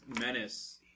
menace